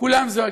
כולם זועקים.